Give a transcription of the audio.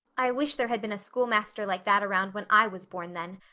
i wish there had been a schoolmaster like that around when i was born, then.